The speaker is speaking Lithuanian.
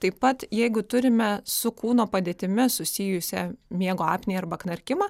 taip pat jeigu turime su kūno padėtimi susijusią miego apnėją arba knarkimą